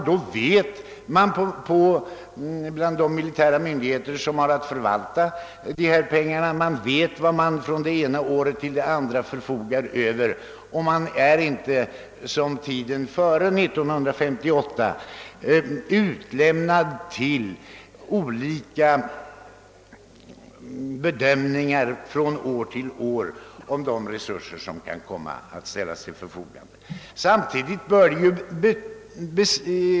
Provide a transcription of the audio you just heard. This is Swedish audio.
Finns det sådana, så vet de militära myndigheter som har att förvalta pengarna vad de förfogar över från det ena året till det andra och är inte som före 1958 utlämnade till olika bedömningar från år till år beträffande de resurser som kan komma att ställas till förfogande.